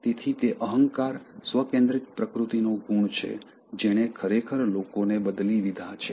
તેથી તે અહંકાર સ્વકેન્દ્રિત પ્રકૃતિનો ગુણ છે જેણે ખરેખર લોકોને બદલી દીધા છે